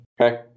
Okay